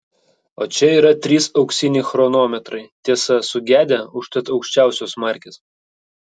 o čia yra trys auksiniai chronometrai tiesa sugedę užtat aukščiausios markės